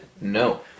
No